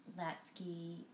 Latsky